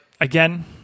again